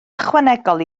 ychwanegol